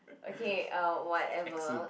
okay uh whatever